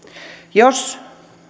jos